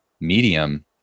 medium